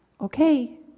okay